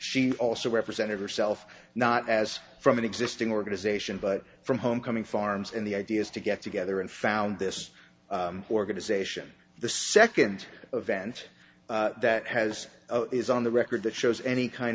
she also represented herself not as from an existing organization but from homecoming farms in the ideas to get together and found this organization the second event that has is on the record that shows any kind